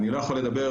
אני לא יכול לדבר,